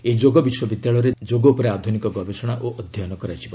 ଏହି ଯୋଗ ବିଶ୍ୱବିଦ୍ୟାଳୟରେ ଯୋଗ ଉପରେ ଆଧୁନିକ ଗବେଷଣା ଓ ଅଧ୍ୟୟନ କରାଯିବ